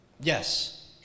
Yes